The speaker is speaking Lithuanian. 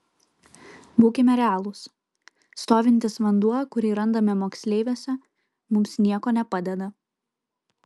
būkime realūs stovintis vanduo kurį randame moksleiviuose mums nieko nepadeda